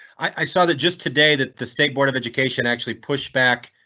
i saw that just today that the state board of education actually pushed back.